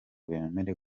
bemere